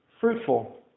fruitful